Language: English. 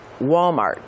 Walmart